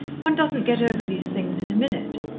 one doesn't get over these things in a minute,